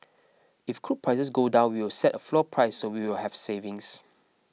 if crude prices go down we will set a floor price so we will have savings